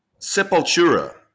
Sepultura